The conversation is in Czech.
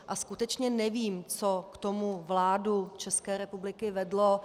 A skutečně nevím, co k tomu vládu České republiky vedlo.